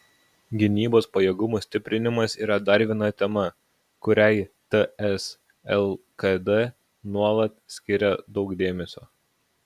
gynybos pajėgumų stiprinimas yra dar viena tema kuriai ts lkd nuolat skiria daug dėmesio